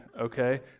Okay